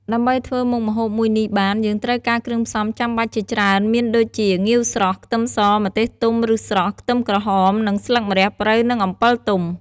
ដើម្បីធ្វើមុខម្ហូបមួយនេះបាន យើងត្រូវការគ្រឿងផ្សំចាំបាច់ជាច្រើនមានដូចជា ងាវស្រស់ ខ្ទឹមស ម្ទេសទុំឬស្រស់ ខ្ទឹមក្រហម និងស្លឹកម្រះព្រៅ និងអំពិលទុំ។